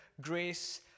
grace